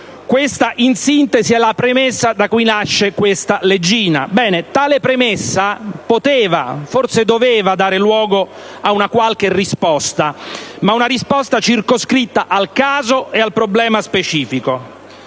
Questa è, in sintesi, la premessa da cui nasce questa leggina. Ebbene, tale premessa poteva - forse doveva - dar luogo a una qualche risposta: ma una risposta circoscritta al caso e al problema specifico.